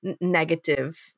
negative